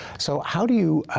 so how do you,